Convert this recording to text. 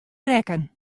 rekken